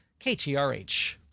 KTRH